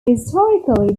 historically